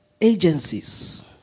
agencies